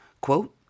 quote